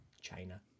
China